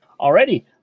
Already